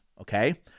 Okay